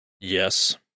Yes